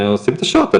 ועושים את השעות.